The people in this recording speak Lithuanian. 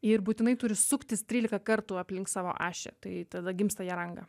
ir būtinai turi suktis trylika kartų aplink savo ašį tai tada gimsta jaranga